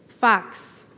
Fox